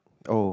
oh